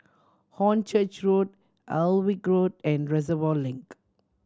Hornchurch Road Alnwick Road and Reservoir Link